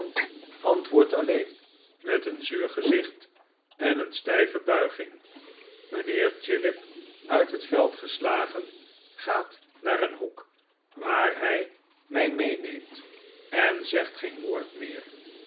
antwoordt alleen met een zuur gezicht en een stijve buiging mijnheer chillip uit het veld geslagen gaat naar een hoek waarheen hij mij meeneemt en zegt geen woord meer